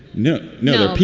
no, no.